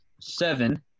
seven